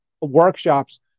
workshops